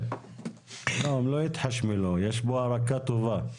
לא, הם לא יתחשמלו, יש פה הארקה טובה.